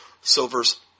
silver's